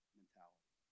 mentality